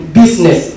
business